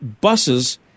buses